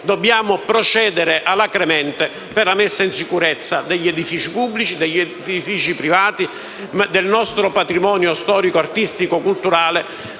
Dobbiamo procedere alacremente alla messa in sicurezza degli edifici pubblici, degli edifici privati, del nostro patrimonio storico artistico e culturale.